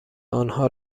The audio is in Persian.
آنها